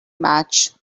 match